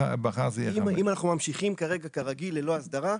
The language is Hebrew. מחר זה יהיה 5. אם אנחנו ממשיכים כרגע כרגיל ללא אסדרה,